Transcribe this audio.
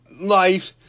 life